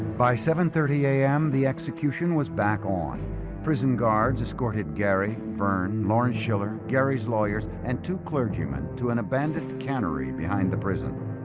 by seven thirty a m the execution was back on prison guards escorted gary vern lauren schiller gary's lawyers and two clergymen to an abandoned cannery behind the prison